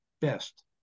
best